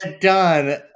done